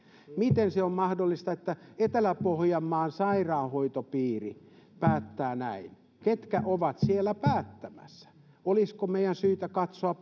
miten se on mahdollista että etelä pohjanmaan sairaanhoitopiiri päättää näin ketkä ovat siellä päättämässä olisiko meidän syytä katsoa